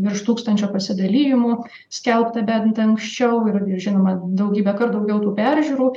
virš tūkstančio pasidalijimų skelbta bent anksčiau ir žinoma daugybė kart daugiau tų peržiūrų